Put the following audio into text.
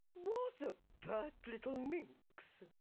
what a pert little minx!